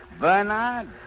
Bernard